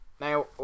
now